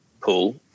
pool